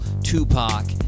Tupac